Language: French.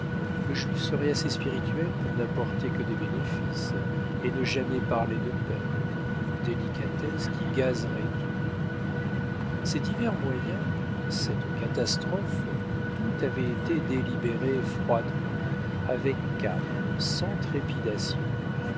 le juif serait assez spirituel pour n'apporter que des bénéfices et ne jamais parler de pertes délicatesse qui gazerait tout ces divers moyens cette catastrophe tout avait été délibéré froidement avec calme sans